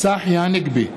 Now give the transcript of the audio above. צחי הנגבי,